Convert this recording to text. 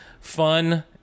fun